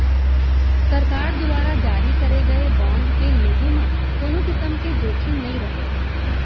सरकार दुवारा जारी करे गए बांड के लेहे म कोनों किसम के जोखिम नइ रहय